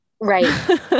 Right